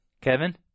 Kevin